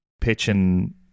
Pitching